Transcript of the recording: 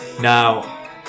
Now